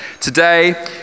Today